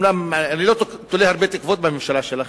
אומנם אני לא תולה הרבה תקוות בממשלה שלכם,